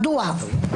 מדוע?